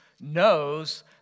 knows